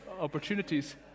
opportunities